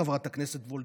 חברת הכנסת וולדיגר,